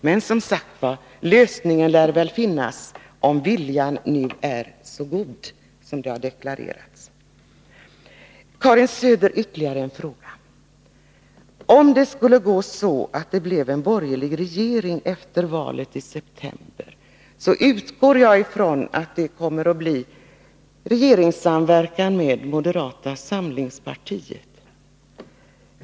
Men, som sagt, lösningen lär väl finnas, om viljan nu är så god som det har deklarerats. Låt mig ställa ytterligare en fråga till Karin Söder. Om det skulle gå så att det blir en borgerlig regering efter valet i september, utgår jag från att det sker en regeringssamverkan med moderata samlingspartiet.